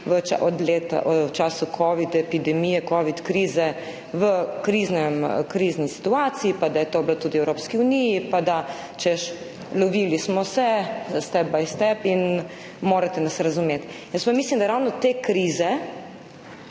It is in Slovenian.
bili v času covid epidemije, covid krize v krizni situaciji, pa da je to bilo tudi v Evropski uniji, pa češ, lovili smo se step by step in morate nas razumeti. Jaz pa mislim, da so ravno te krize